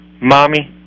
Mommy